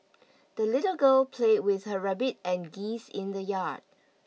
the little girl played with her rabbit and geese in the yard